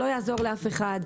לא יעזור לאף אחד כלום.